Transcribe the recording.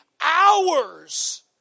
hours